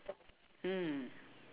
mm